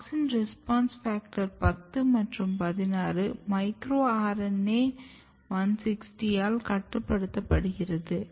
AUXIN RESPONSE FACTOR 10 மற்றும்16 micro RNA 160 ஆல் கட்டுப்படுத்தப்படுகிறது